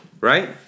Right